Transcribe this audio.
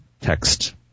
text